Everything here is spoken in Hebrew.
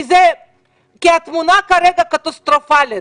כי התמונה כרגע קטסטרופלית.